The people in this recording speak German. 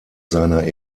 seiner